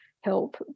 help